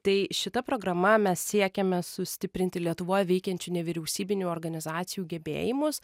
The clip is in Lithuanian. tai šita programa mes siekiame sustiprinti lietuvoje veikiančių nevyriausybinių organizacijų gebėjimus